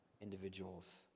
individuals